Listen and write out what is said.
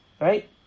right